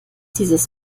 dieses